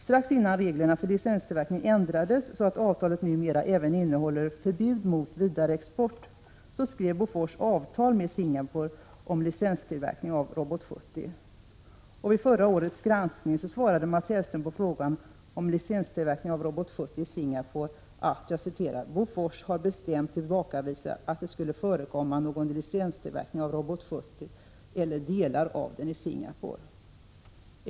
Strax innan reglerna för licenstillverkning ändrades, så att avtalet numera även innehåller förbud mot vidareexport, skrev Bofors avtal med Singapore om licenstillverkning av Robot 70. Vid förra årets granskning svarade Mats Hellström på frågan om licenstillverkning av Robot 70 i Singapore: ”Bofors har bestämt tillbakavisat att det skulle förekomma någon licenstillverkning av Robot 70 eller delar av den i Singapore”.